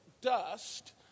dust